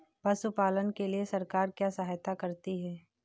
पशु पालन के लिए सरकार क्या सहायता करती है?